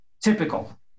Typical